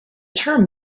term